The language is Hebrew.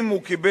אם הוא קיבל